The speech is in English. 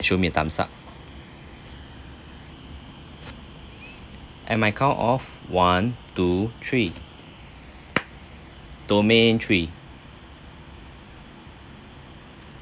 show me a thumbs up at my count of one two three domain three